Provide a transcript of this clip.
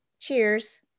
Cheers